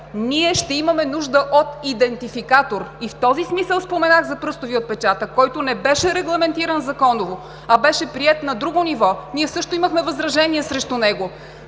ние ще имаме нужда от идентификатор. И в този смисъл споменах за пръстовия отпечатък, който не беше регламентиран законово, а беше приет на друго ниво. Ние също имахме възражения срещу него,